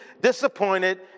disappointed